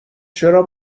چرا